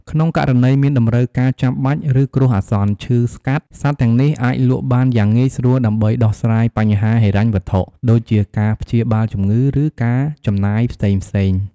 ក្នុងករណីមានតម្រូវការចាំបាច់ ឬគ្រោះអាសន្ន ឈឺស្កាត់ សត្វទាំងនេះអាចលក់បានយ៉ាងងាយស្រួលដើម្បីដោះស្រាយបញ្ហាហិរញ្ញវត្ថុ ដូចជាការព្យាបាលជំងឺ ឬការចំណាយផ្សេងៗ។